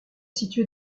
situé